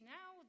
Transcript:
now